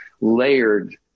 layered